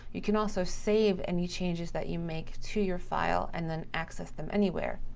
you can also save any changes that you make to your file and then access them anywhere.